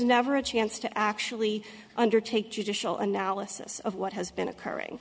never a chance to actually undertake judicial analysis of what has been occurring